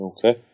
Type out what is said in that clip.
Okay